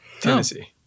Tennessee